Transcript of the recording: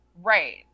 right